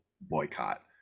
boycott